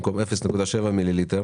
במקום 0.7 מיליליטר,